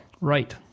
Right